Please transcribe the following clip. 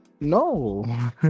No